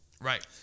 Right